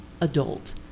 adult